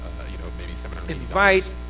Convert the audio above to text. Invite